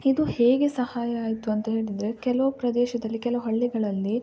ಇದು ಹೇಗೆ ಸಹಾಯ ಆಯಿತು ಅಂತ ಹೇಳಿದರೆ ಕೆಲವು ಪ್ರದೇಶದಲ್ಲಿ ಕೆಲವು ಹಳ್ಳಿಗಳಲ್ಲಿ